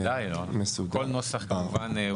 וודא, כל נוסח כמובן.